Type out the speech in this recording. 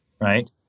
right